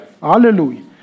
Hallelujah